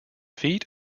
feet